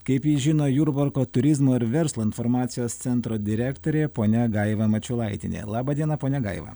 kaip jį žino jurbarko turizmo ir verslo informacijos centro direktorė ponia gaiva mačiulaitienė laba diena ponia gaiva